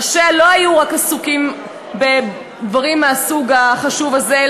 ראשיה לא היו רק עסוקים בדברים מהסוג החשוב הזה,